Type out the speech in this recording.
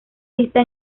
vista